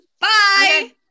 Bye